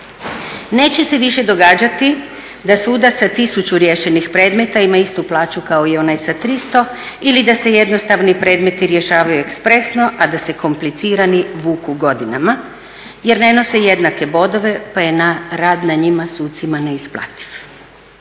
Neće se više događati da sudac sa tisuću riješenih predmeta ima istu plaću kao i onaj sa 300 ili da se jednostavni predmeti rješavaju ekspresno, a da se komplicirani vuku godinama jer ne nose jednake bodove pa je rad na njima sucima neisplativ.